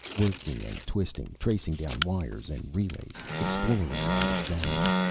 working and twisting, tracing down wires and relays, exploring and examining.